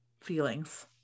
feelings